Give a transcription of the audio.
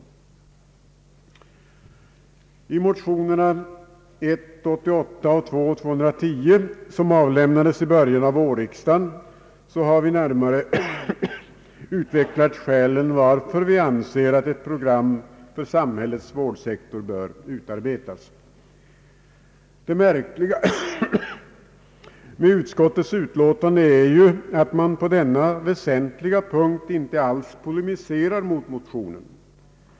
I motionerna 1:88 och II: 210 som avlämnades i början av vårriksdagen har vi närmare utvecklat skälen till att vi anser att ett program för samhällets vårdsektor bör utarbetas. Det märkliga med utskottets utlåtande är att man på denna väsentliga punkt inte alls pole miserar mot motionerna.